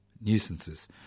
nuisances